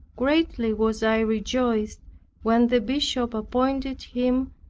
greatly was i rejoiced when the bishop appointed him,